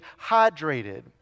hydrated